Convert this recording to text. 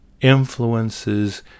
influences